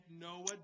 Noah